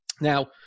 Now